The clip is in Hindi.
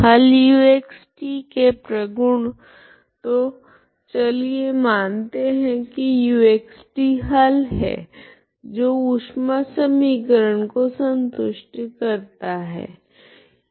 हल uxt के प्रगुण तो चलिए मानते है की uxt हल है जो ऊष्मा समीकरण को संतुष्ट करता है